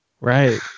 Right